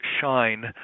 shine